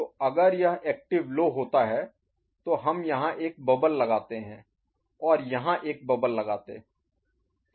तो अगर यह एक्टिव लो होता है तो हम यहां एक बबल Bubble बुलबुला लगाते और यहां एक बबल Bubble बुलबुला लगाते